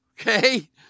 okay